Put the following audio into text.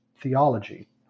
theology